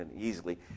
easily